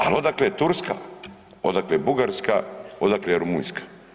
Ali odakle Turska, odakle Bugarska, odakle Rumunjska?